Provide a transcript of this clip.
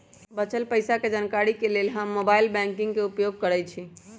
बच्चल पइसा के जानकारी के लेल हम मोबाइल बैंकिंग के उपयोग करइछि